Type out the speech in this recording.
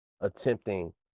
attempting